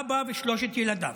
אבא ושלושת ילדיו.